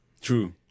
True